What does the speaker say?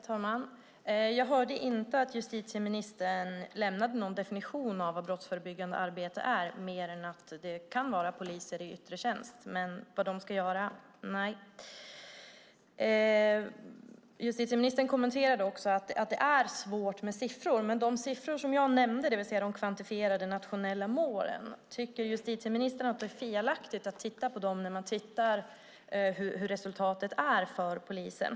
Herr talman! Jag hörde inte att justitieministern lämnade någon definition av vad brottsförebyggande arbete är mer än att det kan vara poliser i yttre tjänst. Vad de ska göra framgick inte. Justitieministern kommenterade också att det är svårt med siffror. När det gäller de siffror jag nämnde, de kvantifierade nationella målen, tycker justitieministern att det är felaktigt att titta på dem vid översynen av resultatet för polisen?